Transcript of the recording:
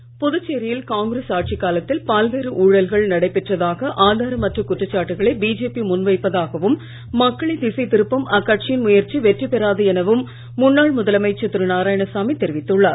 நாராயணசாமி புதுச்சேரியில் காங்கிரஸ் ஆட்சிக் காலத்தில் பல்வேறு ஊழல்கள் நடைபெற்றதாக ஆதாரமற்ற குற்றச்சாட்டுக்களை பிஜேபி முன் வைப்பதாகவும் மக்களை திசை திருப்பும் அக்கட்சியின் முயற்சி வெற்றி பெறாது எனவும் முன்னாள் முதலமைச்சர் திரு நாராயணசாமி தெரிவித்துள்ளார்